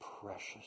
precious